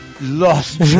Lost